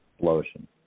Lotion